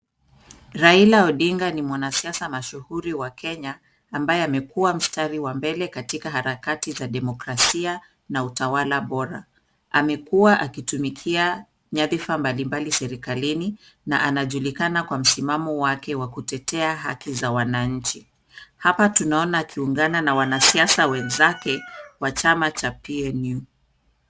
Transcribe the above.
Raila Odinga ni mwanasiasa mashuhuri wa Kenya ambaye amekuwa mstari wa mbele katika harakati za demokrasia na utawala bora. Amekuwa akitumikia nyadhifa mbalimbali serikalini na anajulikana kwa msimamo wake wa kutetea haki za wananchi. Hapa tunaona akiungana na wanasiasa wenzake wa chama cha PNU.